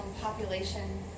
population